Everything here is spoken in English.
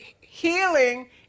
healing